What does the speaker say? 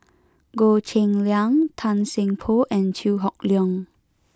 Goh Cheng Liang Tan Seng Poh and Chew Hock Leong